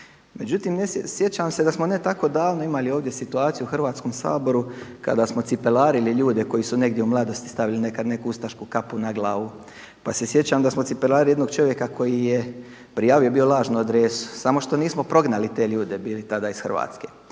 Međutim, sjećam se da smo ne tako davno imali ovdje situaciju u Hrvatskom saboru kada smo cipelarili ljude koji su negdje u mladosti stavili nekad neku ustašku kapu na glavu, pa se sjećam da smo cipelarili jednog čovjeka koji je prijavio bio lažnu adresu samo što nismo prognali te ljude bili tada iz Hrvatske.